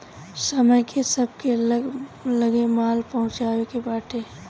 समय से सबके लगे माल पहुँचावे के बाटे